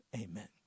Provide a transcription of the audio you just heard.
amen